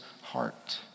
heart